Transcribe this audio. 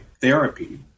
therapy